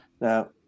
Now